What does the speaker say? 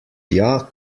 tja